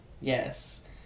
Yes